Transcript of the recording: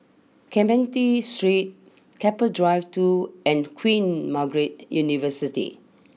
Clementi Street Keppel Drive two and Queen Margaret University